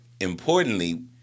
importantly